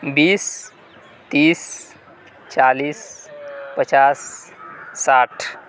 بیس تیس چالیس پچاس ساٹھ